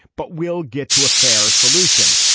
but we'll get to a fair solution.